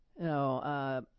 No